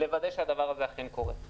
כדי לוודאי שהדבר הזה אכן קורה.